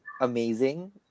amazing